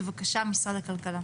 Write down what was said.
בבקשה, משרד הכלכלה.